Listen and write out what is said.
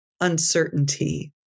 uncertainty